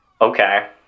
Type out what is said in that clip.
Okay